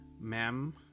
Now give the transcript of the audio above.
ma'am